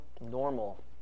normal